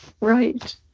Right